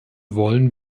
wollen